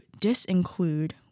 disinclude